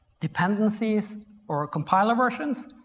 dependencies or compilers versions.